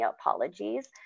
apologies